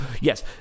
yes